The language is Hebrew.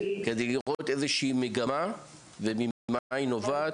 כדי לראות איזו מגמה וממה היא נובעת?